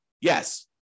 Yes